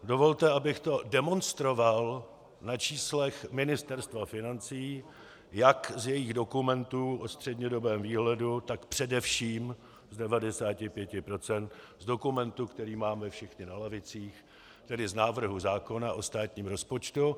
Dovolte, abych to demonstroval na číslech Ministerstva financí, jak z jejich dokumentů o střednědobém výhledu, tak především z 95 procent z dokumentu, který máme všichni na lavicích, tedy z návrhu zákona o státním rozpočtu.